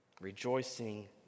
Rejoicing